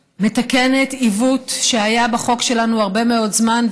מתקנת עיוות שהיה בחוק שלנו הרבה מאוד זמן,